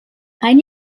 ein